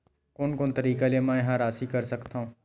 कोन कोन तरीका ले मै ह राशि कर सकथव?